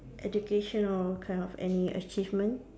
education or kind of any achievement